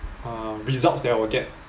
uh results that I will get